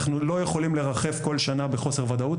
אנחנו לא יכולים לרחף כל שנה בחוסר ודאות.